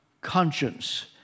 conscience